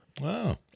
Wow